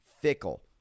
Fickle